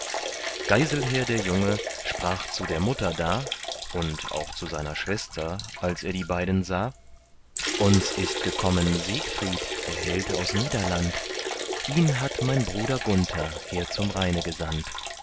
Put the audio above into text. geiselher der junge sprach zu der mutter da und auch zu seiner schwester als er die beiden sah uns ist gekommen siegfried der held aus niederland ihn hat mein bruder gunther her zum rheine gesandt